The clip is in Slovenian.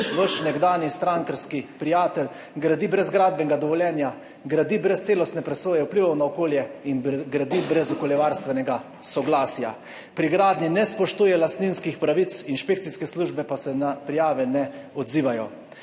Vaš nekdanji strankarski prijatelj gradi brez gradbenega dovoljenja, gradi brez celostne presoje vplivov na okolje in gradi brez okoljevarstvenega soglasja. Pri gradnji ne spoštuje lastninskih pravic, inšpekcijske službe pa se na prijave ne odzivajo.